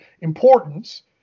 importance